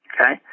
okay